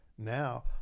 Now